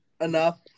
enough